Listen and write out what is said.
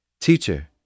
Teacher